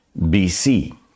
BC